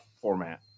format